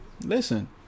listen